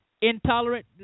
intolerant